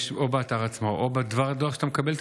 או באתר עצמו או שבדבר הדואר שאתה מקבל,